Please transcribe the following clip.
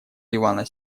ливана